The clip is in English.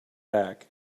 back